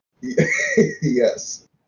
Yes